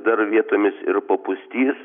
dar vietomis ir papustys